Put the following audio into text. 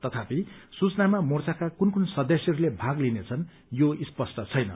तथापि सूचनामा मोर्चाका कुन कुन सदस्यहरूले भाग लिने छन् यो स्पष्ट छैन